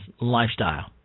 lifestyle